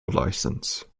license